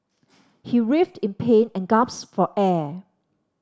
he writhed in pain and for air